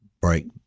break